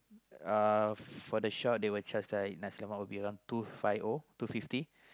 uh for the shop they will charge like nasi-lemak will be around two five O two fifty